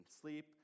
sleep